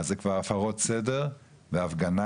אז זה כבר הפרות סדר והפגנה.